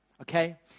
okay